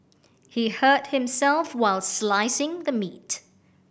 he hurt himself while slicing the meat